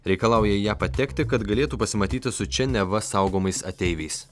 reikalauja į ją patekti kad galėtų pasimatyti su čia neva saugomais ateiviais